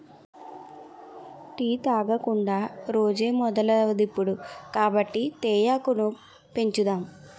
tea తాగకుండా రోజే మొదలవదిప్పుడు కాబట్టి తేయాకును పెంచుదాం